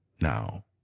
now